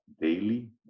daily